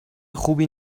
خوبی